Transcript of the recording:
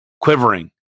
quivering